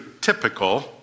typical